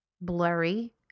blurry